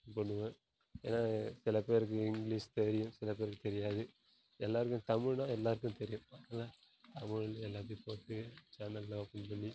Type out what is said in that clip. பண்ணுவேன் ஏன்னால் சில பேருக்கு இங்கிலிஷ் தெரியும் சில பேருக்குத் தெரியாது எல்லோருக்குமே தமிழ்ன்னால் எல்லோருக்குமே தெரியும் அதனால தமிழ் எல்லாத்துலேயும் போட்டு சேனல்லாம் ஓப்பன் பண்ணி